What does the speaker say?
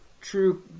true